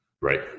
right